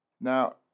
Now